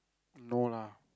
no lah